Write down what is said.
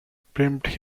pimped